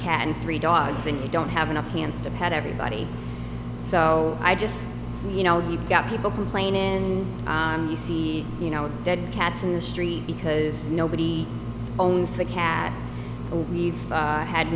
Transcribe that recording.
cat and three dogs and they don't have enough hands to pet everybody so i just you know you've got people complaining and you see you know dead cats in the street because nobody owns the cat we've had